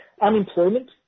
Unemployment